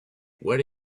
where